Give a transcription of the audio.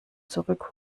zurück